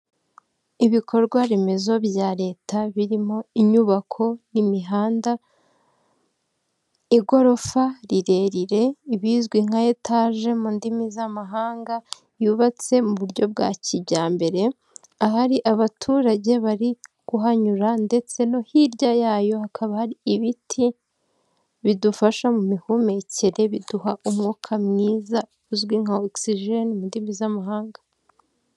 Ibikorwaremezo bya leta birimo inyubako n'imihanda, igorofa rirerire ibizwi nka etaje mu ndimi z'amahanga yubatse mu buryo bwa kijyambere, ahari abaturage bari kuhanyura ndetse no hirya yayo hakaba hari ibiti bidufasha mu mihumekere biduha umwuka mwiza uzwi nka ogisijeni mu ndimi z'amahanga.